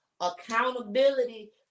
accountability